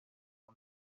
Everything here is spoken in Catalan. una